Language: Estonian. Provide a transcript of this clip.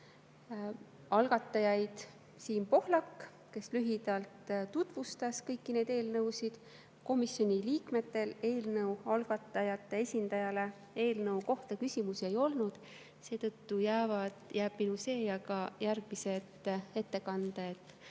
algatajaid Siim Pohlak, kes lühidalt tutvustas kõiki neid eelnõusid. Komisjoni liikmetel eelnõu algatajate esindajale eelnõu kohta küsimusi ei olnud. Seetõttu jääb minu see ja jäävad ka järgmised ettekanded